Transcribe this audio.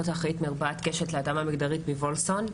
אחות אחריות מרפאת קשת להתאמה מגדרית מוולפסון.